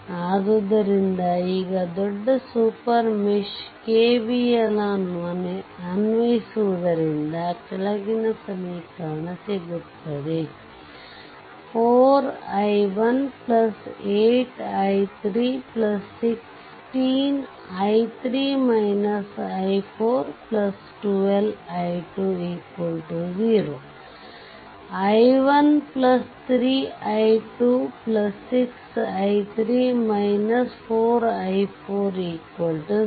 ಆದ್ದರಿಂದ ಈಗ ದೊಡ್ಡ ಸೂಪರ್ ಮೆಶ್ ಗೆ KVL ಅನ್ನು ಅನ್ವಯಿಸುವುದರಿಂದ ಕೆಳಗಿನ ಸಮೀಕರಣ ಸಿಗುತ್ತದೆ 4i1 8 i3 1612i2 0 i1 3i2 6 i3 4i4 0